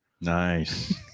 Nice